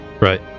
Right